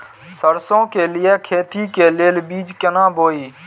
सरसों के लिए खेती के लेल बीज केना बोई?